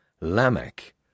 Lamech